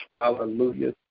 hallelujah